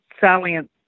salient